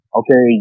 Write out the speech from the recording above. okay